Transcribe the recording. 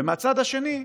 ומהצד השני,